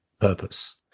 purpose